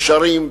ישרים,